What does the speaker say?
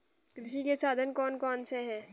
कृषि के साधन कौन कौन से हैं?